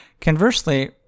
Conversely